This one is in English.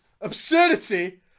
absurdity